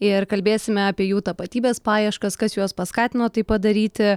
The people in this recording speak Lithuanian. ir kalbėsime apie jų tapatybės paieškas kas juos paskatino tai padaryti